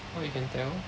oh you can tell